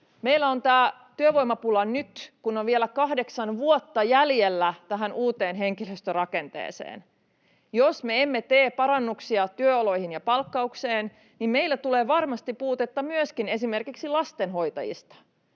Meillä on tämä työvoimapula nyt, kun on vielä kahdeksan vuotta jäljellä tähän uuteen henkilöstörakenteeseen. Jos me emme tee parannuksia työoloihin ja palkkaukseen, meille tulee varmasti puutetta myöskin esimerkiksi lastenhoitajista.